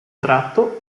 tratto